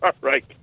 right